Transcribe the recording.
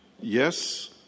yes